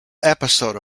episode